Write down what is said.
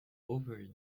over